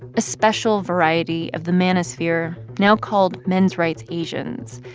a special variety of the manosphere now called men's rights asians.